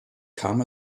kam